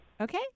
Okay